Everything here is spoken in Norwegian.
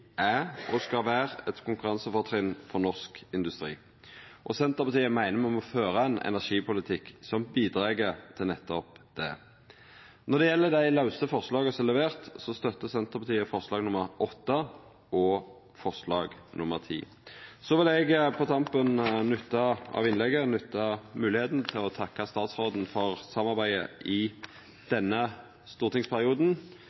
er, og skal vera, eit konkurransefortrinn for norsk industri. Senterpartiet meiner me må føra ein energipolitikk som bidreg til nettopp det. Når det gjeld dei forslaga som er leverte inn, støtter Senterpartiet forslaga nr. 8 og 10. Så vil eg på tampen av innlegget nytta moglegheita til å takka statsråden for samarbeidet i